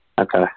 Okay